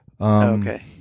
Okay